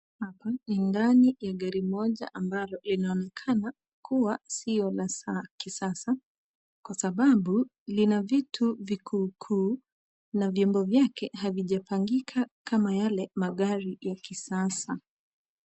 Hapa ni ndani ya gari moja ambalo linaonekana kuwa sio la kisasa kwa sababu lina vitu vikuu kuu na vyombo vyake havijapangika kama vile vya magari ya kisasa.